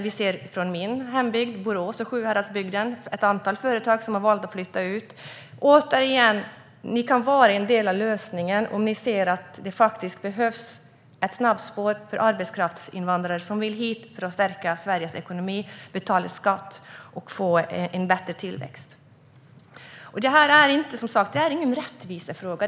Vi ser i min hembygd Borås och Sjuhäradsbygden ett antal företag som har valt att flytta ut. Återigen: Ni kan vara en del av lösningen om ni ser att det faktiskt behövs ett snabbspår för arbetskraftsinvandrare som vill hit för att stärka Sveriges ekonomi, betala skatt och få en bättre tillväxt. Det här är inte en rättvisefråga.